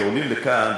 שעולים לכאן,